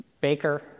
Baker